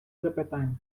запитань